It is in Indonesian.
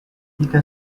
jika